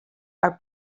are